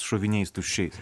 šoviniais tuščiais